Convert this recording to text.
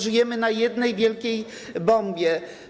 Żyjemy na jednej wielkiej bombie.